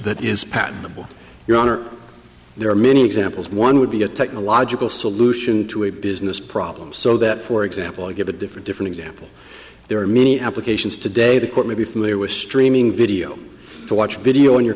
that is patentable your honor there are many examples one would be a technological solution to a business problem so that for example you give a different different example there are many applications today the court may be familiar with streaming video to watch video on your